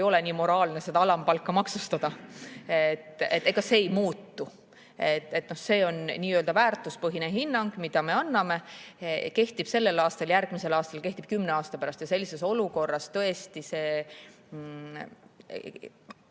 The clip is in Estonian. ole moraalne alampalka maksustada. Ega see ei muutu, see on nii-öelda väärtuspõhine hinnang, mille me anname. See kehtib sellel aastal, järgmisel aastal, kehtib kümne aasta pärast. Sellises olukorras tõesti